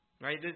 Right